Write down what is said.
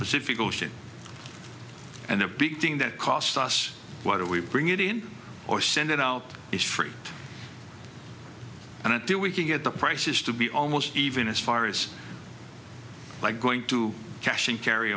pacific ocean and the big thing that cost us what we bring it in or send it out is free and it do we can get the prices to be almost even as far as like going to cash and carry